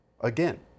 again